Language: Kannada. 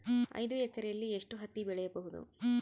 ಐದು ಎಕರೆಯಲ್ಲಿ ಎಷ್ಟು ಹತ್ತಿ ಬೆಳೆಯಬಹುದು?